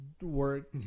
work